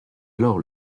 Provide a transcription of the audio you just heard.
alors